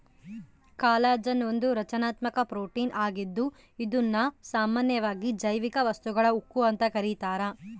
collagen ಒಂದು ರಚನಾತ್ಮಕ protein ಆಗಿದ್ದು ಇದುನ್ನ ಸಾಮಾನ್ಯವಾಗಿ ಜೈವಿಕ ವಸ್ತುಗಳ ಉಕ್ಕು ಅಂತ ಕರೀತಾರ